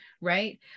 right